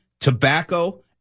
tobacco